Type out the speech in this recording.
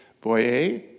Boyer